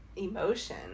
emotion